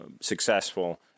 successful